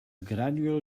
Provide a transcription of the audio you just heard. gradual